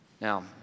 Now